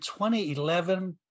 2011